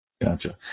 Gotcha